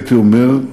הייתי אומר,